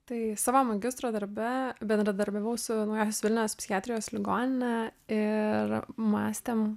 tai savo magistro darbe bendradarbiavau su naujosios vilnios psichiatrijos ligoninę ir mastėm